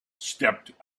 stepped